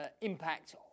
impact